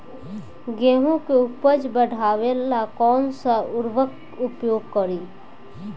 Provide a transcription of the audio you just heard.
गेहूँ के उपज बढ़ावेला कौन सा उर्वरक उपयोग करीं?